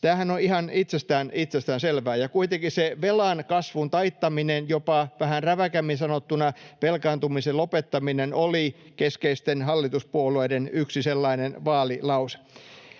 Tämähän on ihan itsestäänselvää. Ja kuitenkin se velan kasvun taittaminen, jopa — vähän räväkämmin sanottuna — velkaantumisen lopettaminen, oli keskeisten hallituspuolueiden sellainen yksi vaalilause.